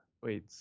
Wait